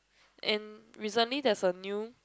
and recently there's a new